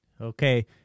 Okay